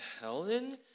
Helen